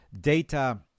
Data